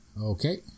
Okay